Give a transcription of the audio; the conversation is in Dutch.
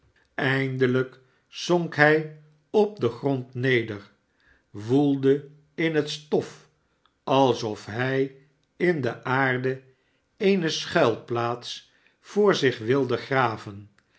eimielijk zonk hij op den grond neder woelde in het stof alsof hij in de aarde eene schuilplaats voor zich wilde graven